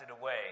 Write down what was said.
away